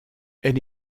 elle